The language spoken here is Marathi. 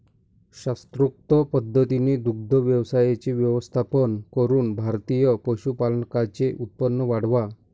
शास्त्रोक्त पद्धतीने दुग्ध व्यवसायाचे व्यवस्थापन करून भारतीय पशुपालकांचे उत्पन्न वाढवा